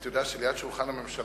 אתה יודע שליד שולחן הממשלה